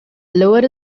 lowered